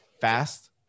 fast